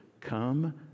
come